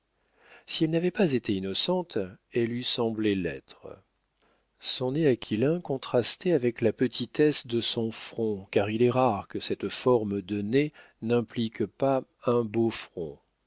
si elle n'avait pas été innocente elle eût semblé l'être son nez aquilin contrastait avec la petitesse de son front car il est rare que cette forme de nez n'implique pas un beau front